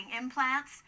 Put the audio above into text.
implants